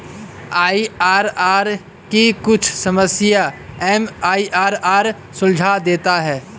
IRR की कुछ समस्याएं एम.आई.आर.आर सुलझा देता है